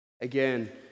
Again